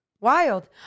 Wild